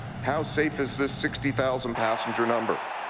how safe is this sixty thousand passenger number?